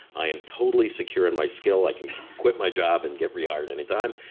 i am totally secure in my skill, i can quit my job and get rehired any time.